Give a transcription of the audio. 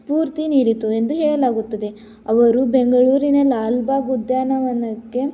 ಸ್ಫೂರ್ತಿ ನೀಡಿತು ಎಂದು ಹೇಳಲಾಗುತ್ತದೆ ಅವರು ಬೆಂಗಳೂರಿನ ಲಾಲ್ ಬಾಗ್ ಉದ್ಯಾನವನಕ್ಕೆ